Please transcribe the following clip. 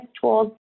tools